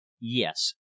Yes